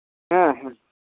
ᱦᱮᱸ ᱦᱮᱸ